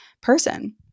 person